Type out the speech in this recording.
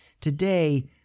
today